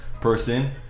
person